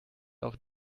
auf